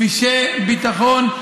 כבישי ביטחון,